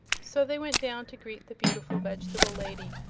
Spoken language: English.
so they went down to greet the beautiful vegetable lady,